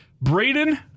Braden